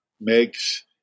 makes